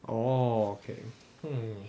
oh okay hmm